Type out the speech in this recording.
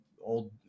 old